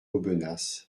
aubenas